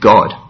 God